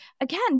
again